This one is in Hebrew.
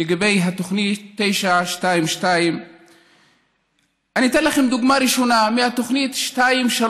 גם לגבי התוכנית 922. אני אתן לכם דוגמה ראשונה מהתוכנית 2397,